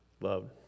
loved